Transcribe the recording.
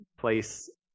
place